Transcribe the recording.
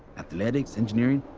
athletics, engineering.